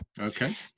Okay